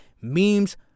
memes